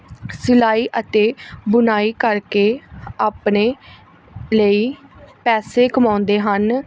ਸਿਲਾਈ ਅਤੇ ਬੁਣਾਈ ਕਰਕੇ ਆਪਣੇ ਲਈ ਪੈਸੇ ਕਮਾਉਂਦੇ ਹਨ